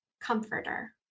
comforter